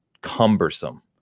cumbersome